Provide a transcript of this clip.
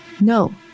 No